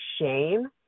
shame